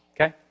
okay